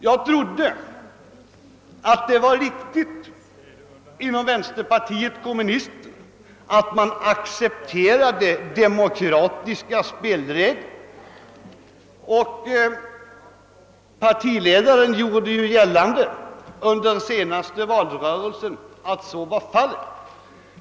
Jag trodde att man inom vänsterpartiet kommunisterna accepterade demokratiska spelregler, och partiledaren påstod under den senaste valrörelsen att så var fallet.